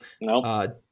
No